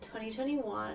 2021